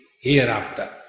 hereafter